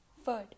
food